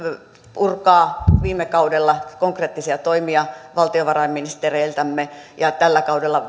purkaa viime kaudella tuli konkreettisia toimia valtiovarainministereiltämme ja tällä kaudella